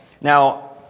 Now